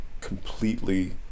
completely